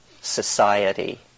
society